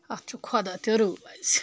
اتھ چھُ خۄدا تہِ رٲضۍ